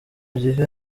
gihe